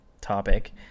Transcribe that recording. topic